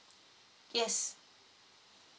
yes